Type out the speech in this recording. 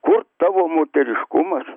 kur tavo moteriškumas